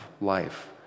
life